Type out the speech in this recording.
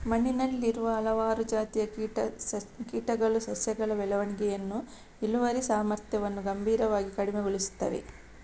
ಮಣ್ಣಿನಲ್ಲಿರುವ ಹಲವಾರು ಜಾತಿಯ ಕೀಟಗಳು ಸಸ್ಯಗಳ ಬೆಳವಣಿಗೆಯನ್ನು, ಇಳುವರಿ ಸಾಮರ್ಥ್ಯವನ್ನು ಗಂಭೀರವಾಗಿ ಕಡಿಮೆಗೊಳಿಸುತ್ತವೆ